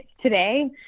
today